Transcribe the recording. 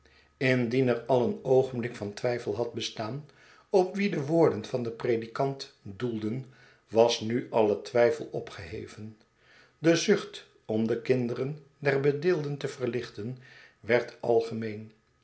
er al een oogenblik van twijfel had bestaan op wie de woorden van den predikant doelden was nu alle twijfel opgeheven de zucht om de kinderen der bedeelden te verlichten werd algemeen